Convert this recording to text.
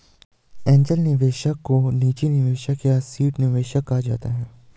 angel निवेशक को निजी निवेशक या सीड निवेशक कहा जाता है